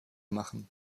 machen